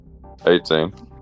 18